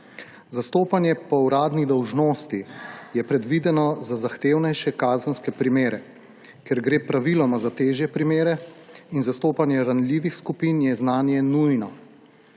Zastopanje po uradni dolžnosti je predvideno za zahtevnejše kazenske primere. Ker gre praviloma za težje primere in zastopanje ranljivih skupin, je znanje nujno.